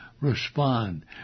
respond